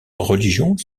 religions